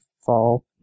fall